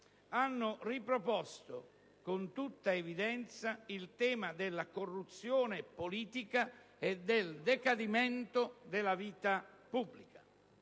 hanno riproposto con tutta evidenza il tema della corruzione politica e del decadimento della vita pubblica.